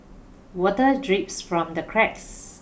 water drips from the cracks